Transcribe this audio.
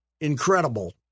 incredible